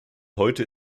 heute